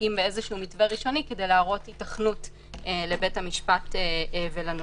מסתפקים באיזשהו מתווה ראשוני כדי להראות היתכנות לבית המשפט ולנושים.